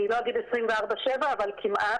לא אגיד 24/7, אבל כמעט.